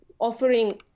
offering